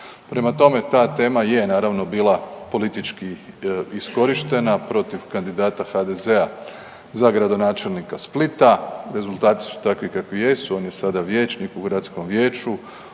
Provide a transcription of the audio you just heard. Prema tome, ta tema je naravno bila politički iskorištena protiv kandidata HDZ-a za gradonačelnika Splita, rezultati su takvi kakvi jesu. On je sada vijećnik u gradskom vijeću,